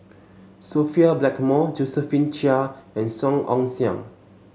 Sophia Blackmore Josephine Chia and Song Ong Siang